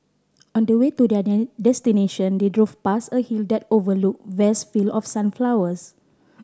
on the way to their destination they drove past a hill that overlook vast field of sunflowers